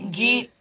get